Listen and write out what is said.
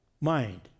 mind